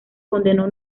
condenó